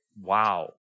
Wow